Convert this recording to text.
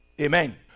Amen